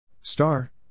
Star